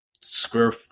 square